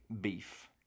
beef